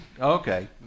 Okay